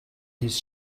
his